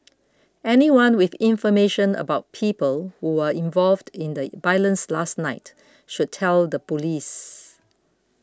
anyone with information about people who were involved in the violence last night should tell the police